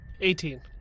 Eighteen